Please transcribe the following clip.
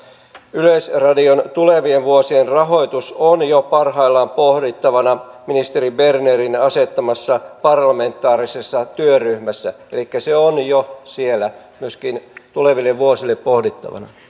yleisradion tulevien vuosien rahoitus on jo parhaillaan pohdittavana ministeri bernerin asettamassa parlamentaarisessa työryhmässä elikkä se on jo siellä myöskin tuleville vuosille pohdittavana